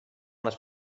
les